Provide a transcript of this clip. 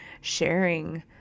sharing